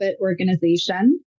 organization